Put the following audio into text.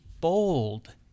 bold